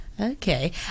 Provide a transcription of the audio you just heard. okay